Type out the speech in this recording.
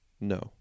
No